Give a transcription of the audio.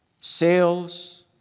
sales